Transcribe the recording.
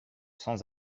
sans